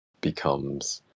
becomes